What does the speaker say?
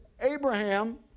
Abraham